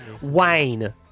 Wayne